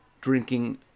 drinking